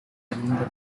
remember